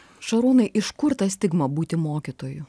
šarūnai iš kur ta stigma būti mokytoju